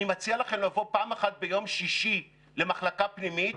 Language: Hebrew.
אני מציע לכם לבוא פעם אחת ביום שישי למחלקה פנימית,